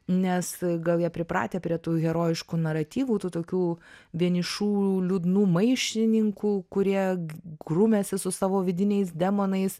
nes gal jie pripratę prie tų herojiškų naratyvų tų tokių vienišų liūdnų maištininkų kurie grumiasi su savo vidiniais demonais